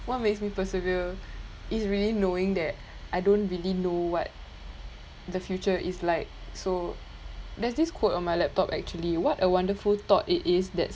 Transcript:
what makes me persevere is really knowing that I don't really know what the future is like so there's this quote on my laptop actually what a wonderful thought it is that